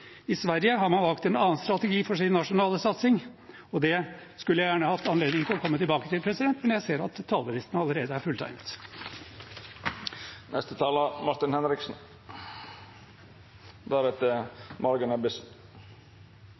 I Sverige har man valgt en annen strategi for sin nasjonale satsing, og det skulle jeg gjerne hatt anledning til å komme tilbake til, men jeg ser at talerlisten allerede er fulltegnet.